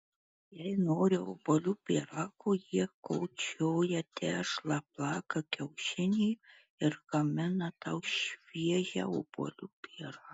jei nori obuolių pyrago jie kočioja tešlą plaka kiaušinį ir gamina tau šviežią obuolių pyragą